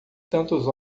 tantos